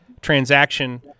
transaction